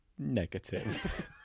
Negative